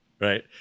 right